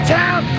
town